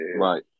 Right